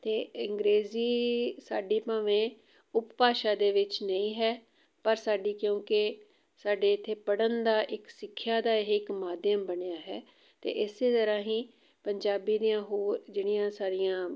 ਅਤੇ ਅੰਗਰੇਜ਼ੀ ਸਾਡੀ ਭਾਵੇਂ ਉਪ ਭਾਸ਼ਾ ਦੇ ਵਿੱਚ ਨਹੀਂ ਹੈ ਪਰ ਸਾਡੀ ਕਿਉਂਕਿ ਸਾਡੇ ਇੱਥੇ ਪੜ੍ਹਨ ਦਾ ਇੱਕ ਸਿੱਖਿਆ ਦਾ ਇਹ ਇੱਕ ਮਾਧਿਅਮ ਬਣਿਆ ਹੈ ਅਤੇ ਇਸ ਤਰ੍ਹਾਂ ਹੀ ਪੰਜਾਬੀ ਦੀਆਂ ਹੋਰ ਜਿਹੜੀਆਂ ਸਾਰੀਆਂ